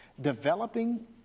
Developing